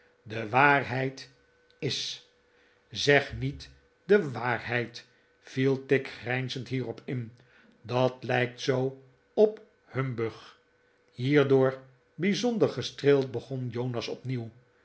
de waarheid is zeg niet de waarheid viel tigg grijnzend hierop in dat lijkt zoo op humbug hierdoor bijzonder gestreeld begon jonas opnieuw